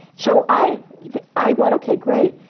so i i went, okay, great.